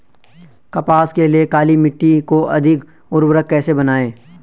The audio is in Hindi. कपास के लिए काली मिट्टी को अधिक उर्वरक कैसे बनायें?